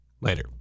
Later